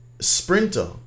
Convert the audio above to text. Sprinter